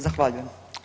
Zahvaljujem.